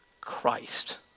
Christ